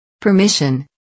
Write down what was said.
Permission